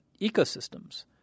ecosystems